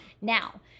Now